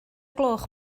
gloch